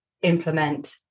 implement